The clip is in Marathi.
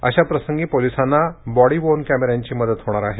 अशा प्रसंगी पोलिसांना बॉडी वोर्न कॅमेऱ्यांची मदत होणार आहे